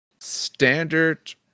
Standard